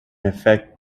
effect